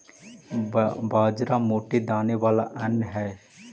बाजरा मोटे दाने वाला अन्य हई